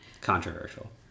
controversial